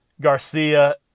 Garcia